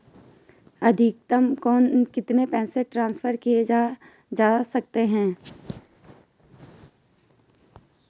अधिकतम कितने पैसे ट्रांसफर किये जा सकते हैं?